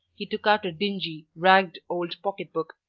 he took out a dingy, ragged old pocket-book,